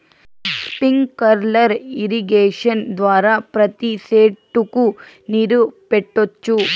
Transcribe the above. sprinkler irrigation ద్వారా ప్రతి సెట్టుకు నీరు పెట్టొచ్చు